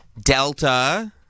Delta